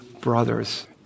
brothers